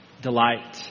Delight